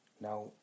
now